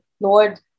Lord